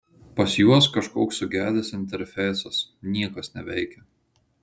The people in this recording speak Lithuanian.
pas juos kažkoks sugedęs interfeisas niekas neveikia